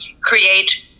create